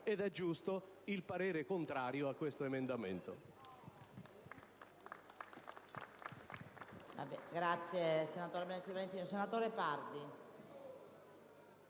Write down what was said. ed è giusto il parere contrario a questo emendamento.